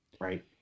right